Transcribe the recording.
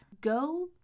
Go